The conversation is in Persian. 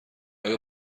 آیا